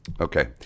Okay